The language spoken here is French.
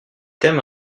thème